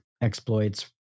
exploits